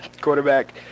quarterback